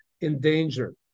endangered